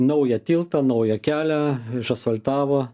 naują tiltą naują kelią išasfaltavo